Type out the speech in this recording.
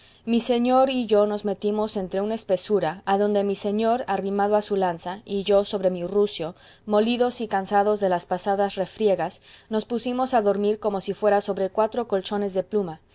mi señor y yo nos metimos entre una espesura adonde mi señor arrimado a su lanza y yo sobre mi rucio molidos y cansados de las pasadas refriegas nos pusimos a dormir como si fuera sobre cuatro colchones de pluma